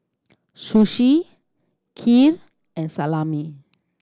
Sushi Kheer and Salami